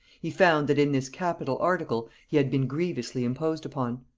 he found that in this capital article he had been grievously imposed upon.